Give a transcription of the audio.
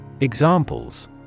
Examples